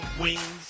wings